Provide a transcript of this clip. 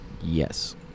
yes